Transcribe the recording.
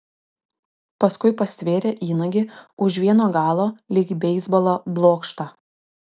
paskui pastvėrė įnagį už vieno galo lyg beisbolo blokštą